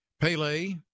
Pele